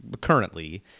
currently